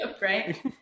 right